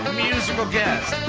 musical guest,